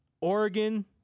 Oregon